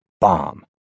Bomb